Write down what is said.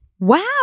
Wow